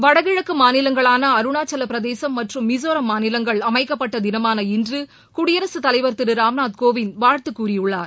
வடகிழக்கு மாநிலங்களான அருணாச்சலப்பிரதேசம் மற்றும் மிசோரம் மாநிலங்கள் அமைக்கப்பட்ட தினமான இன்று குடியரசுத் தலைவர் திரு ராம்நாத் கோவிந்த் வாழ்த்து கூறியுள்ளார்